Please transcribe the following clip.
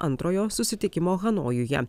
antrojo susitikimo hanojuje